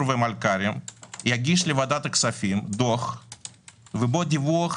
ומלכ"רים יגיש לוועדת הכספים דוח ובו דיווח